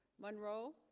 monroe